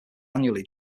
annually